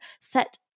set